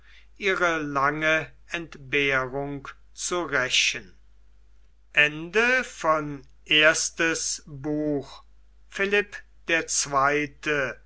ihre lange entbehrung zu rächen das inquisitionsgericht philipp der zweite